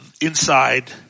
inside